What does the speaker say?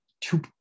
two